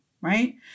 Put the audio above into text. right